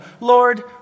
Lord